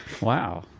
wow